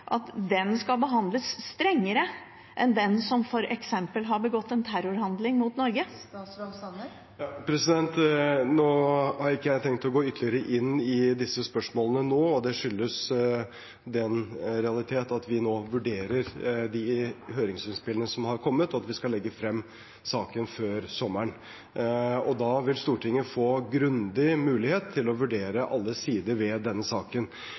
enn for den som f.eks. har begått en terrorhandling mot Norge? Jeg har ikke tenkt å gå ytterligere inn i disse spørsmålene nå, og det skyldes den realitet at vi nå vurderer de høringsinnspillene som har kommet, og at vi skal legge frem saken før sommeren. Da vil Stortinget få grundig mulighet til å vurdere alle sider ved denne saken.